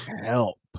Help